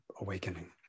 awakening